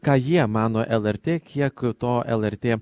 ką jie mano lrt kiek to lrt